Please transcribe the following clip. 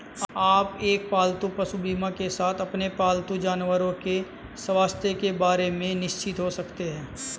आप एक पालतू पशु बीमा के साथ अपने पालतू जानवरों के स्वास्थ्य के बारे में निश्चिंत हो सकते हैं